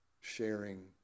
sharing